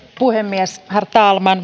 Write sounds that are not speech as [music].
puhemies herr talman [unintelligible]